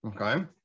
Okay